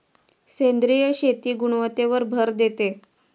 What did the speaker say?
सेंद्रिय शेती गुणवत्तेवर भर देते